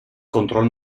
control